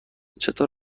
چطور